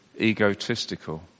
egotistical